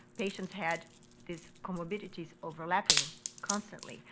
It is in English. patients had these comorbidities overlapping constantly.